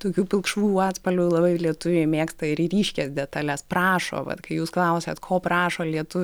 tokių pilkšvų atspalvių labai lietuviai mėgsta ir ryškias detales prašo vat kai jūs klausiat ko prašo lietu